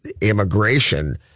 immigration